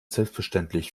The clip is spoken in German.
selbstverständlich